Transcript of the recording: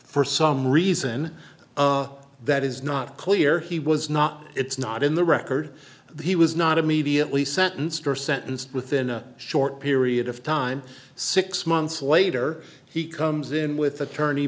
for some reason that is not clear he was not it's not in the record that he was not immediately sentenced or sentenced within a short period of time six months later he comes in with attorney